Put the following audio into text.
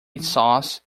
sauce